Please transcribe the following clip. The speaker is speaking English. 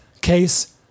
case